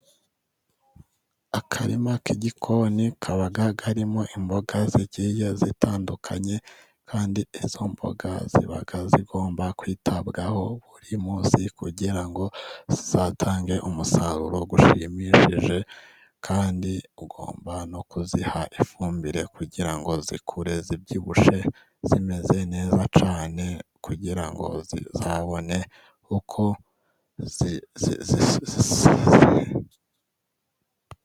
Akarima k'igikoni kaba karimo imboga zigiye zitandukanye, kandi izo mboga ziba zigomba kwitabwaho buri munsi, kugira ngo zizatange umusaruro ushimishije kandi ugomba no kuziha ifumbire kugira ngo zikure zibyibushye zimeze neza cyane kugira ngo zizabone uko...